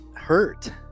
hurt